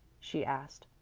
she asked.